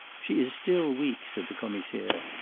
she is still weak, said the commissaire.